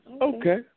Okay